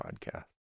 podcast